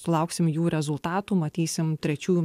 sulauksim jų rezultatų matysim trečiųjų